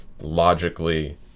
logically